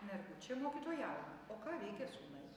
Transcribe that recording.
mergučė mokytojauna o ką veikia sūnai